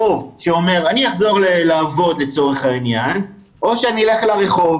או שהייתי אומר: אני אחזור לעבוד לצורך העניין או שאני אלך לרחוב,